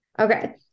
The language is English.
Okay